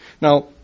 Now